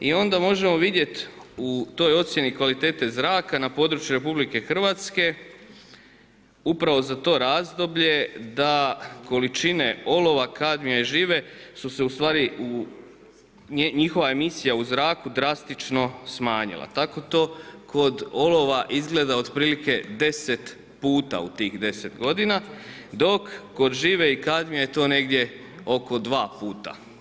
I onda možemo vidjeti u toj ocjeni kvalitete zraka na području RH upravo za to razdoblje da količine olova, kadmija i žive su se ustvari, njihova emisija u zraku drastično smanjila, tako to kod olova izgleda otprilike 10 puta u tih 10 godina, dok kod žive i kadmija je to negdje oko 2 puta.